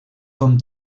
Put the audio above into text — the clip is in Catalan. com